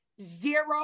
zero